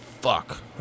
fuck